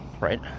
right